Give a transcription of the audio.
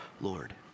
Lord